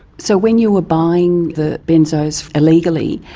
so when you were buying the benzos illegally,